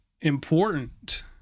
important